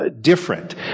different